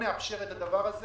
נאפשר את הדבר הזה